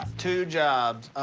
two jobs.